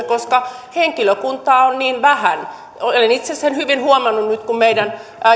koska henkilökuntaa on niin vähän olen olen itse sen hyvin huomannut nyt kun meillä on